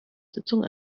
sitzung